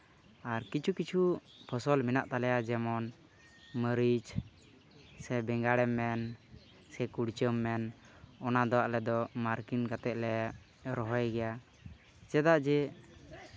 ᱟᱨ ᱠᱤᱪᱷᱩ ᱠᱤᱪᱷᱩ ᱯᱷᱚᱥᱚᱞ ᱢᱮᱱᱟᱜ ᱛᱟᱞᱮᱭᱟ ᱡᱮᱢᱚᱱ ᱢᱟᱹᱨᱤᱪ ᱥᱮ ᱵᱮᱸᱜᱟᱲᱮᱢ ᱢᱮᱱ ᱥᱮ ᱠᱩᱲᱪᱟᱹᱢ ᱢᱮᱱ ᱚᱱᱟᱫᱚ ᱟᱞᱮᱫᱚ ᱢᱟᱨᱠᱤᱝ ᱠᱟᱛᱮᱫ ᱞᱮ ᱨᱚᱦᱚᱭ ᱜᱮᱭᱟ ᱪᱮᱫᱟᱜ ᱡᱮ